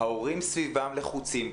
ההורים סביבם לחוצים,